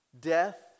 Death